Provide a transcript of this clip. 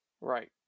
Right